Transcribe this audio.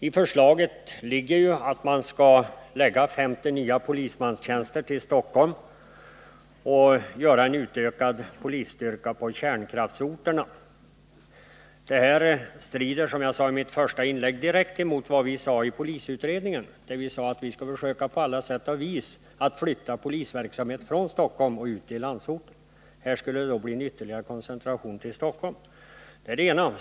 I förslaget ligger ju 50 nya polismanstjänster till Stockholm och en utökad polisstyrka på kärnkraftsorterna. Detta strider, som jag framhöll i mitt första inlägg, direkt mot vad vi sade i polisutredningen — att vi på alla sätt skulle försöka flytta polisverksamhet från Stockholm ut till landsorten. Enligt förslaget skulle det bli en ytterligare koncentration till Stockholm.